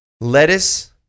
lettuce